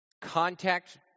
contact